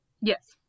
yes